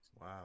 Wow